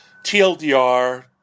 TLDR